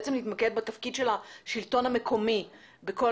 בעצם נתמקד בתפקיד של השלטון המקומי בכל